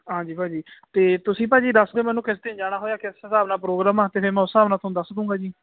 ਹਾਂਜੀ ਭਾਜੀ ਅਤੇ ਤੁਸੀਂ ਭਾਜੀ ਦੱਸ ਦੋ ਮੈਨੂੰ ਕਿਸ ਦਿਨ ਜਾਣਾ ਹੋਇਆ ਕਿਸ ਹਿਸਾਬ ਨਾਲ ਪ੍ਰੋਗਰਾਮ ਆ ਅਤੇ ਫਿਰ ਮੈਂ ਉਸ ਹਿਸਾਬ ਨਾਲ ਤੁਹਾਨੂੰ ਦੱਸ ਦਉਂਗਾ ਜੀ